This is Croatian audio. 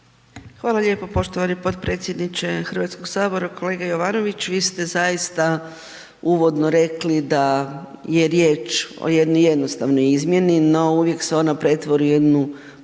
Hvala lijepo poštovani potpredsjedniče HS-a. kolega Jovanović, vi ste zaista uvodno rekli da je riječ o jednoj jednostavnoj izmjeni, no uvijek se ona pretvori u jednu puno širu